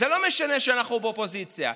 זה לא משנה שאנחנו באופוזיציה.